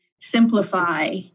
simplify